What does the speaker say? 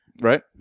Right